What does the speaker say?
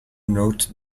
north